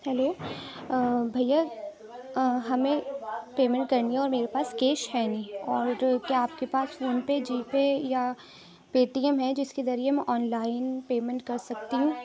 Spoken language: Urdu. ہلو بھیا ہمیں پیمنٹ کرنی ہے اور میرے پاس کیش ہے نہیں اور کیا آپ کے پاس فون پے جی پے یا پے ٹی ایم ہے جس کے ذریعے میں آن لائن پیمنٹ کر سکتی ہوں